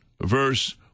verse